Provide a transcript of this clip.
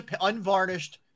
unvarnished